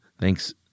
Thanks